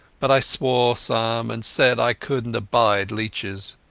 but i swore some and said i couldnat abide leeches.